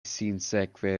sinsekve